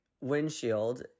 windshield